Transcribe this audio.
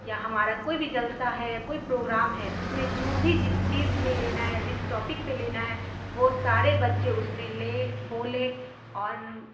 یا ہمارا کوئی بھی جلسہ ہے یا کوئی پروگرام ہے اس میں جو بھی جس چیز میں لینا ہے جس ٹاپک پہ لینا ہے وہ سارے بچے اس میں لے بولے اور